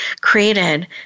created